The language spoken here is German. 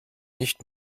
nicht